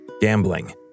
Gambling